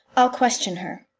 i'll question her.